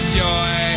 joy